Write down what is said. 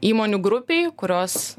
įmonių grupei kurios